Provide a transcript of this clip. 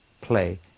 play